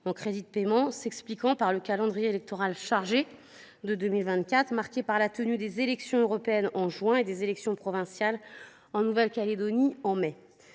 en crédits de paiement – s’explique en effet par le calendrier électoral chargé de 2024, marqué par la tenue des élections européennes en juin et des élections provinciales en Nouvelle Calédonie en mai.